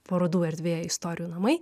parodų erdvė istorijų namai